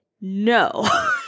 no